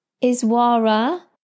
iswara